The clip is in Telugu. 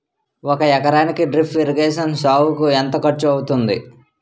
ఒక ఎకరానికి డ్రిప్ ఇరిగేషన్ సాగుకు ఎంత ఖర్చు అవుతుంది?